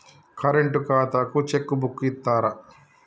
Current ఖాతాకు cheque book ఇత్తరా?